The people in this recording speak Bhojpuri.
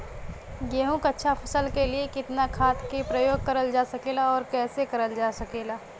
गेहूँक अच्छा फसल क लिए कितना खाद के प्रयोग करल जा सकेला और कैसे करल जा सकेला?